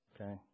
Okay